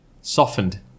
softened